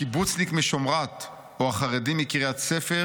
הקיבוצניק משמרת או החרדי מקריית ספר,